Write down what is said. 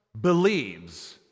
believes